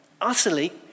utterly